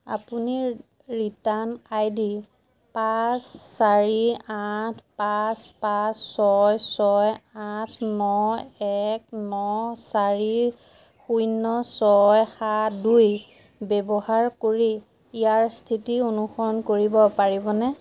আপুনি return I D পাঁচ চাৰি আঠ পাঁচ পাঁচ ছয় ছয় আঠ ন এক ন চাৰি শূন্য ছয় সাত দুই ব্যৱহাৰ কৰি ইয়াৰ স্থিতি অনুসৰণ কৰিব পাৰিবনে